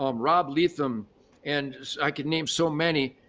um rob letham and i can name so many,